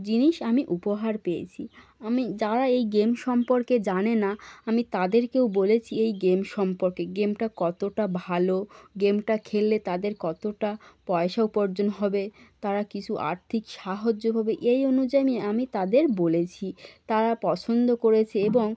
জিনিস আমি উপহার পেয়েছি আমি যারা এই গেম সম্পর্কে জানে না আমি তাদেরকেও বলেছি এই গেম সম্পর্কে গেমটা কতটা ভালো গেমটা খেললে তাদের কতটা পয়সা উপর্জন হবে তারা কিছু আর্থিক সাহায্য পাবে এই অনুযায়ী আমি তাদের বলেছি তারা পছন্দ করেছে এবং